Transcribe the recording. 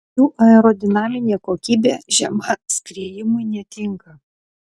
jų aerodinaminė kokybė žema skriejimui netinka